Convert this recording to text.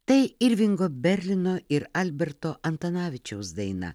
tai irvingo berlino ir alberto antanavičiaus daina